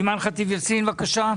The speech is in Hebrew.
אימאן ח'טיב יאסין, בבקשה.